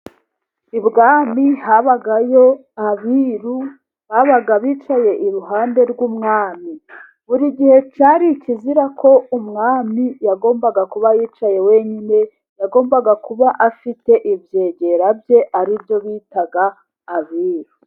Ibwami habayo abiru, baba bicaye iruhande rw'mwami . Buri gihe cyari ikizira ko umwami yagombaga kuba yicaye wenyine yagomba kuba afite ibyegera bye ari byo bita abiru.